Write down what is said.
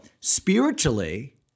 spiritually